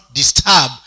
disturb